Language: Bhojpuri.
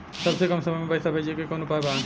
सबसे कम समय मे पैसा भेजे के कौन उपाय बा?